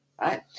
right